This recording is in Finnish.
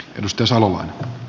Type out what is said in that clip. arvoisa puhemies